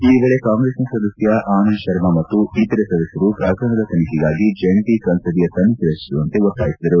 ಈ ವೇಳೆ ಕಾಂಗ್ರೆಸ್ನ ಸದಸ್ತ ಆನಂದ ಶರ್ಮಾ ಮತ್ತು ಇತರೆ ಸದಸ್ತರು ಪ್ರಕರಣದ ತನಿಖೆಗಾಗಿ ಜಂಟ ಸಂಸದೀಯ ಸಮಿತಿ ರಚಿಸುವಂತೆ ಒತ್ತಾಯಿಸಿದರು